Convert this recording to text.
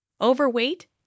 overweight